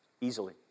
Easily